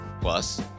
Plus